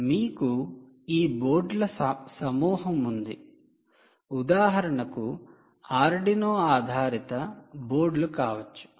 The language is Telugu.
మీకు ఈ బోర్డుల సమూహం ఉంది ఉదాహరణకు ఆర్డునో ఆధారిత బోర్డులు కావచ్చు